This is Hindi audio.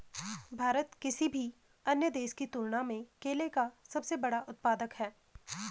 भारत किसी भी अन्य देश की तुलना में केले का सबसे बड़ा उत्पादक है